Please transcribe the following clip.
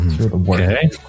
Okay